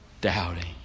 doubting